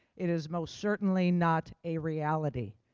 it is most certainly not a reality.